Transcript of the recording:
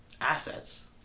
assets